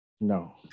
No